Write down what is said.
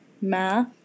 Math